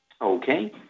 Okay